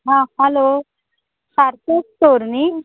आं हॅलो झांटये स्टोर न्ही